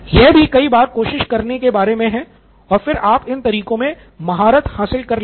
यह भी कई बार कोशिश करने के बारे में है और फिर आप इन तरीकों मे महारत हासिल कर लेंगे